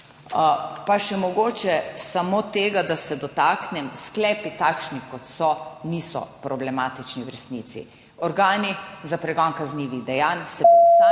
Pa še mogoče samo tega, da se dotaknem sklepi, takšni kot so niso problematični v resnici. Organi za pregon kaznivih dejanj se bomo